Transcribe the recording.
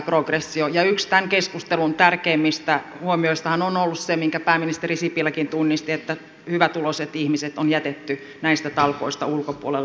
yksi tämän keskustelun tärkeimmistä huomioistahan on ollut se minkä pääministeri sipiläkin tunnisti että hyvätuloiset ihmiset on jätetty näistä talkoista ulkopuolelle